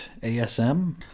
ASM